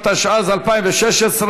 התשע"ז 2016,